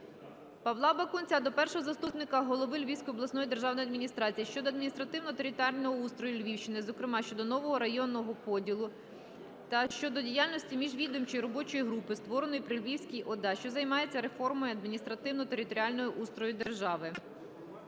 Павла Бакунця до першого заступника голови Львівської обласної державної адміністрації щодо адміністративно-територіального устрою Львівщини, зокрема, щодо нового районного поділу, та щодо діяльності міжвідомчої робочої групи, створеної при Львівській ОДА, що займається реформою адміністративно-територіального устрою держави.